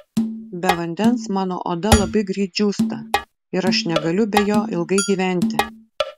be vandens mano oda labai greit džiūsta ir aš negaliu be jo ilgai gyventi